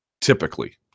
typically